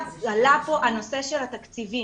עלה פה נושא התקציבים,